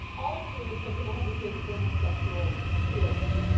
all of whom have been advocates for homosexual spirits.